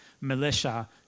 militia